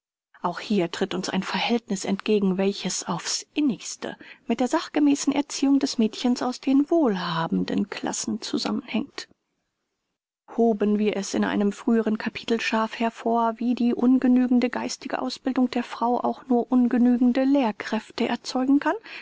auch hier tritt uns ein verhältniß entgegen welches auf's innigste mit der sachgemäßen erziehung des mädchens aus den wohlhabenden klassen zusammenhängt hoben wir es in einem früheren kapitel scharf hervor wie die ungenügende geistige ausbildung der frau auch nur ungenügende lehrkräfte erzeugen kann